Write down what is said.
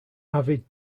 avid